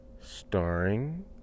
Starring